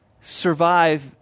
survive